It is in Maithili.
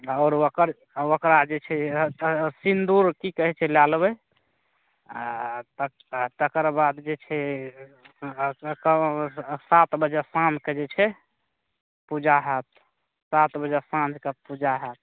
आओर ओकर ओकरा जे छै सिन्दूर की कहै छै लए लेबै आ तकरबाद जे छै सात बजे शामके जे छै पूजा हाएत सात बजे साँझ कऽ पूजा हाएत